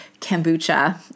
kombucha